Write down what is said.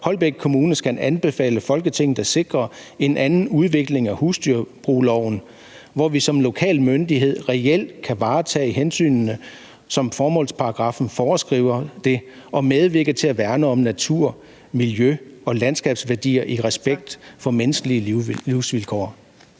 Holbæk Kommune skal anbefale Folketinget at sikre en anden udvikling af husdyrbrugsloven, hvor vi som lokal myndighed reelt kan varetage hensynene som formålsparagraffen foreskriver det og medvirke til at værne om natur, miljø og landskabsværdier i respekt for menneskers livsvilkår.«